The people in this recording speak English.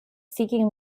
seeking